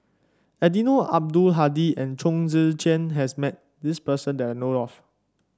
Eddino Abdul Hadi and Chong Tze Chien has met this person that I know of